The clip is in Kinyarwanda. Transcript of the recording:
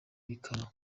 bikaba